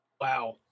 Wow